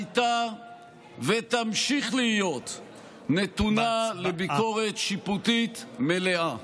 הייתה ותמשיך להיות נתונה לביקורת שיפוטית מלאה.